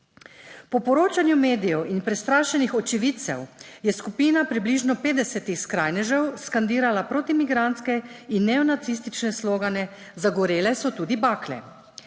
Po poročanju medijev in prestrašenih očividcev je skupina približno 50 skrajnežev skandirala protimigrantske in neonacistične slogane, zagorele so tudi bakle.